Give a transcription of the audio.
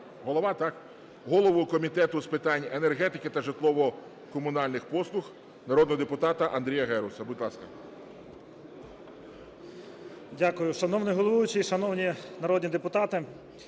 голову Комітету з питань енергетики та житлово-комунальних послуг, народного депутата Андрія Геруса. Будь ласка. 12:34:11 ГЕРУС А.М. Дякую. Шановний головуючий, шановні народні депутати!